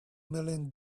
million